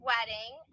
Wedding